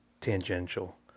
tangential